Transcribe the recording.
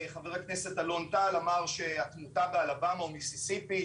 חה"כ אלון טל אמר שהתמותה באלבמה או מיסיסיפי,